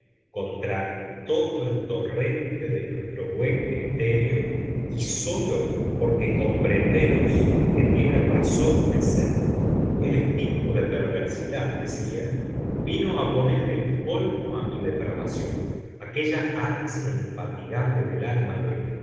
contra todo el torrente de nuestro buen criterio y sólo porque comprendemos que tiene razón de ser el espíritu de perversidad decía vino a poner el colmo a mi depravación aquella ansia infatigable del alma de